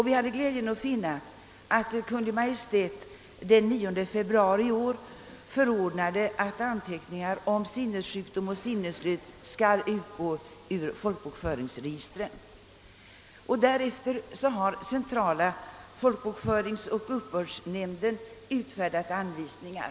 Vi hade glädjen finna att Kungl. Maj:t den 3 februari i år förordnade att anteckningar om sinnessjukdom och sinnesslöhet skall utgå ur folkbokföringsregistren. Därefter har centrala folkbokföringen och uppbördsnämnden utfärdat anvisningar.